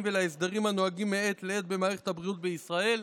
ולהסדרים הנוהגים מעת לעת במערכת הבריאות בישראל,